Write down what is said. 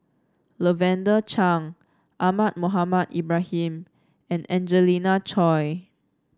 Lavender Chang Ahmad Mohamed Ibrahim and Angelina Choy